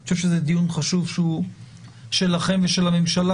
אני חושב שזה דיון חשוב שהוא שלכם ושל הממשלה